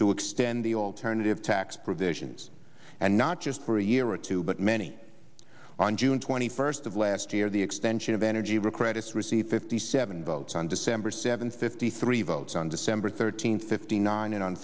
to extend the alternative tax provisions and not just for a year or two but many on june twenty first of last year the extension of energy rick raddatz received fifty seven votes on december seventh fifty three votes on december thirteenth fifty nine and on